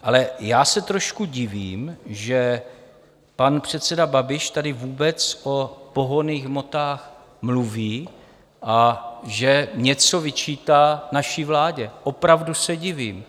Ale já se trošku divím, že pan předseda Babiš tady vůbec o pohonných hmotách mluví a že něco vyčítá naší vládě, opravdu se divím.